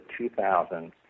2,000